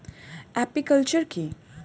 Apiculture কি?